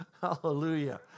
hallelujah